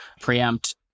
preempt